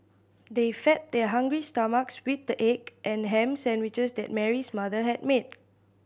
they fed their hungry stomachs with the egg and ham sandwiches that Mary's mother had made